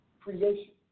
creation